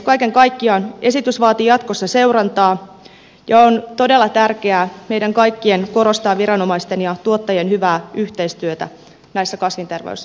kaiken kaikkiaan esitys vaatii jatkossa seurantaa ja on todella tärkeää meidän kaikkien korostaa viranomaisten ja tuottajien hyvää yhteistyötä näissä kasvinterveys